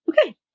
okay